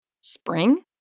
Spring